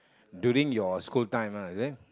during your school time ah is it